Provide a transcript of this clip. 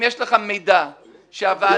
יש לך מידע --- מה אתה עושה פה באמת?